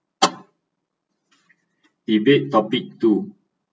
debate topic two